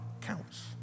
counts